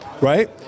right